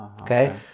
Okay